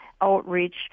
outreach